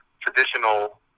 traditional